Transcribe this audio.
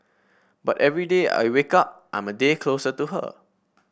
but every day I wake up I'm a day closer to her